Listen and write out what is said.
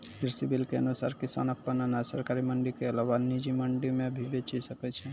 कृषि बिल के अनुसार किसान अप्पन अनाज सरकारी मंडी के अलावा निजी मंडी मे भी बेचि सकै छै